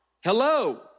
Hello